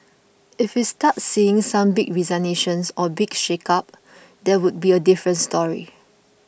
if we start seeing some big resignations or big shake up that would be a different story